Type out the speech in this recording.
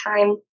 time